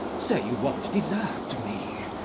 say you won't desert me.